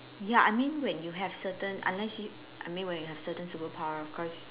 ya I mean when you have certain unless you I mean when you have certain superpower of course